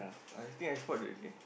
I think I spot the eh